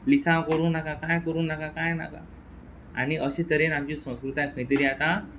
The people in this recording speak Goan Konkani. लिसांव करूं नाका कांय करूं नाका कांय ना आतां आनी अशे तरेन आमची संस्कृताय खंय तरी आतां